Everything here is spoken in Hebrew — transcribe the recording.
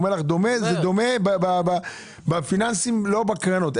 הוא אומר לך שדומה הוא דומה בפיננסים ולא בקרנות.